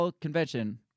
convention